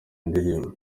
ndirimbo